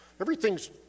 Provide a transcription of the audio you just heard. Everything's